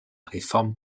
réforme